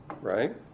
right